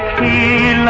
e